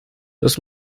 los